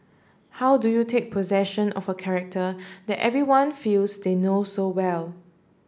how do you take possession of a character that everyone feels they know so well